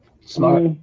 Smart